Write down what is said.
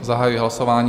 Zahajuji hlasování.